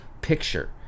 picture